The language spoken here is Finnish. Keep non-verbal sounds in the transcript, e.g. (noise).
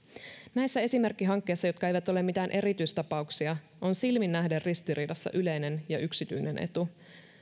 näissä esimerkkihankkeissa jotka eivät ole mitään erityistapauksia (unintelligible) on silminnähden ristiriidassa yleinen ja yksityinen etu